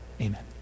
Amen